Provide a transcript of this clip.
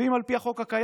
ואם על פי החוק הקיים,